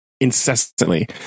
incessantly